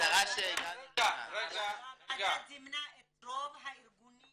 המטרה --- הוועדה זימנה את רוב הארגונים,